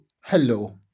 hello